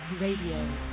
Radio